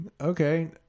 Okay